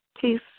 Peace